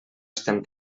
estem